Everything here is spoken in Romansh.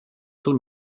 sun